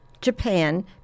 Japan